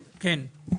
כן,